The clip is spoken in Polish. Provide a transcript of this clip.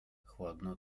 chłodno